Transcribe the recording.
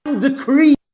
decree